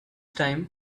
time